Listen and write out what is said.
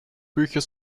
bücher